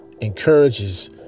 encourages